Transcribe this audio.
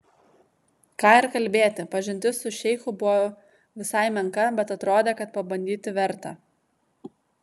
ką ir kalbėti pažintis su šeichu buvo visai menka bet atrodė kad pabandyti verta